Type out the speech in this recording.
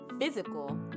physical